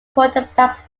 quarterbacks